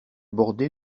bordé